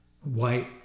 white